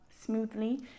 smoothly